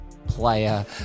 player